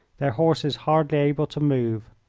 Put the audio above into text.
their horses hardly able to move.